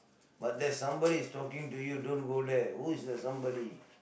but there's somebody is talking to you don't go there who is that somebody